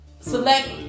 select